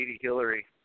Hillary